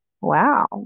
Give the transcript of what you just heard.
Wow